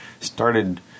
started